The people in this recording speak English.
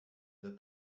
that